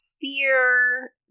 fear